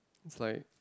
is like